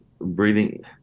breathing